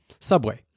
Subway